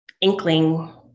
inkling